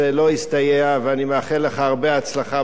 ואני מאחל לך הרבה הצלחה בקדנציה הבאה.